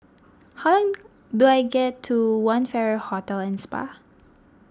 how do I get to one Farrer Hotel and Spa